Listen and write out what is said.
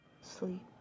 sleep